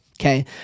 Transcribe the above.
Okay